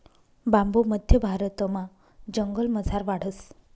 बांबू मध्य भारतमा जंगलमझार वाढस